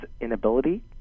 inability